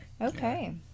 okay